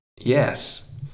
yes